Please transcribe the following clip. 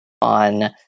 on